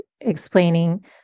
explaining